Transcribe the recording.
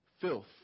Filth